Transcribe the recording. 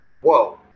whoa